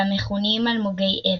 והמכונים אלמוגי אבן.